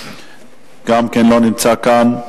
גם כן לא נמצא כאן.